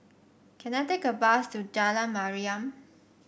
can I take a bus to Jalan Mariam